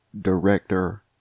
Director